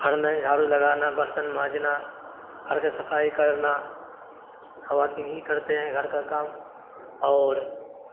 گھر میں جھاڑو لگانا برتن مانجنا گھر کا صفائی کرنا خواتین ہی کرتے ہیں گھر کا کام اور